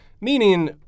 meaning